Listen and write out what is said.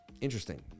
Interesting